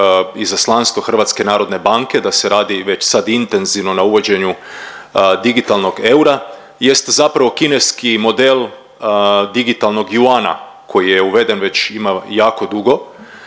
izaslanstvo HNB-a, da se radi već sad intenzivno na uvođenju digitalnog eura, jest zapravo kineski model digitalnog yuana koji je uveden već ima jako dugo,